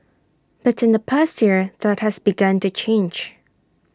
but in the past year that has begun to change